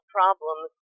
problems